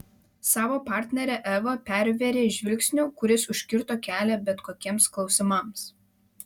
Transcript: savo partnerę eva pervėrė žvilgsniu kuris užkirto kelią bet kokiems klausimams